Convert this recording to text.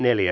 asia